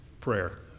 prayer